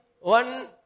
One